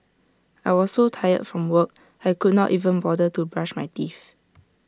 I was so tired from work I could not even bother to brush my teeth